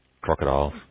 crocodiles